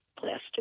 plastic